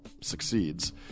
succeeds